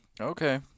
okay